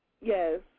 Yes